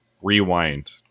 rewind